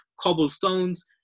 cobblestones